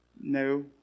no